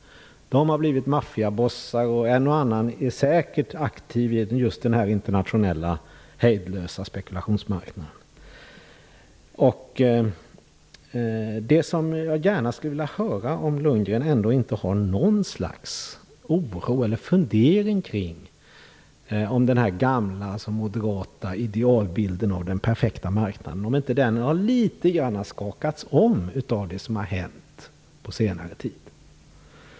De har blivit maffiabossar, och en och annan är säkert aktiv på just den här internationella marknaden för hejdlös spekulation. Jag skulle gärna vilja höra om Bo Lundgren ändå inte har någon oro eller fundering kring detta. Har inte den här gamla, moderata idealbilden av den perfekta marknaden skakats om litet grand av det som har hänt under senare tid?